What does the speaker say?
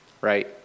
right